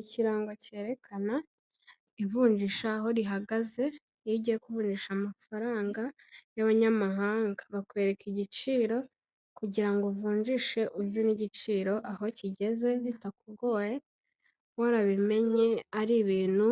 Ikirango cyerekana ivunjisha aho rihagaze, iyo ugiye kuvunjisha amafaranga y'abanyamahanga, bakwereka igiciro kugira ngo uvunjishe uzi n'igiciro aho kigeze bitakugoye warabimenye, ari ibintu